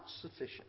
sufficient